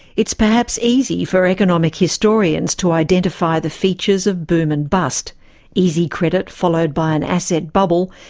it's perhaps easy for economic historians to identify the features of boom and bust easy credit, followed by an asset bubble,